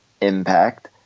impact